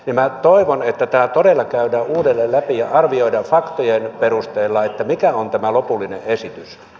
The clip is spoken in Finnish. minä toivon että tämä todella käydään uudelleen läpi ja arvioidaan faktojen perusteella mikä on lopullinen esitys